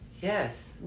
Yes